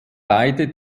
beide